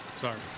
Sorry